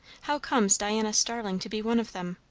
how comes diana starling to be one of them?